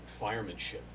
firemanship